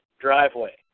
driveway